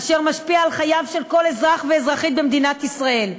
אשר משפיע על חייהם של כל אזרח ואזרחית במדינת ישראל,